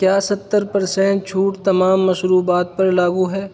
کیا ستر پرسینٹ چھوٹ تمام مشروبات پر لاگو ہے